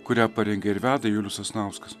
kurią parengė ir veda julius sasnauskas